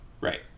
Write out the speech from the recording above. Right